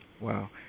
Wow